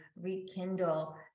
rekindle